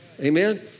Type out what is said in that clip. Amen